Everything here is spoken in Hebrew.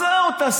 מצא אותה סתם,